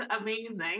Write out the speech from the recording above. amazing